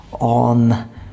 on